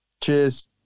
Cheers